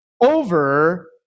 over